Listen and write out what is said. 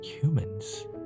humans